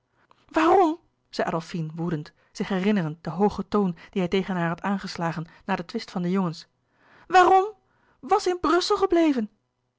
waarom zei adolfine woedend zich herinnerend den hoogen toon dien hij tegen haar had aangeslagen na den twist van de jongens waarom was in brussel gebleven